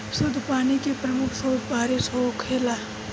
शुद्ध पानी के प्रमुख स्रोत बारिश होखेला